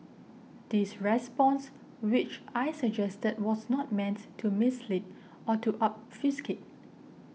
this response which I suggested was not meant to mislead or to obfuscate